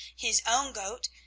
his own goat,